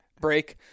break